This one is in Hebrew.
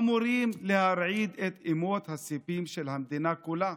אמורים להרעיד את אמות הסיפים של המדינה כולה,